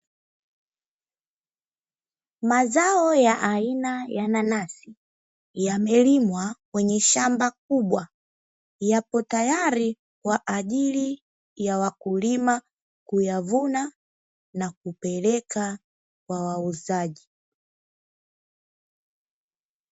Mazao ya aina ya nanasi yamelimwa kwenye shamba kubwa yapo tayari kwa ajili ya wakulima kuyavuna na kupeleka wauzaji.